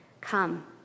Come